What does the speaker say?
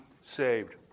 saved